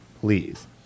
Please